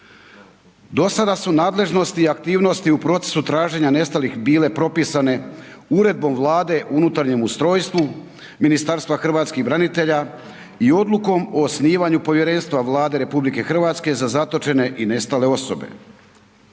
Do sada su nadležnosti i aktivnosti u procesu traženja nestalih bile propisane uredbom Vlade o unutarnjem ustrojstvu Ministarstva hrvatskih branitelja i odlukom o osnivanju povjerenstva Vlade RH za zatočene i nestale osobe.